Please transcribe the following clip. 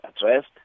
addressed